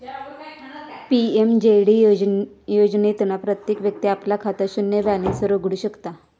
PMJD योजनेतना प्रत्येक व्यक्ती आपला खाता शून्य बॅलेंस वर उघडु शकता